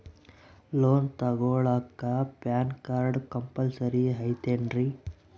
Loan ತೊಗೊಳ್ಳಾಕ PAN card compulsory ಐಯ್ತೇನ್ರಿ?